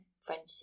friendship